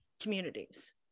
communities